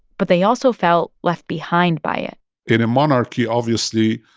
but they also felt left behind by it in a monarchy, obviously,